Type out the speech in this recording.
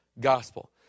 gospel